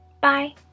bye